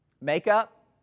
Makeup